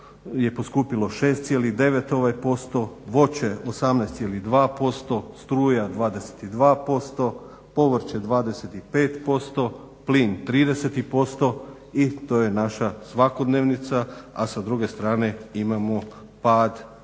je poskupilo 6,9%, voće 18,2%, struja 22%, povrće 25%, plin 30% i to je naša svakodnevnica, a sa druge strane imamo pad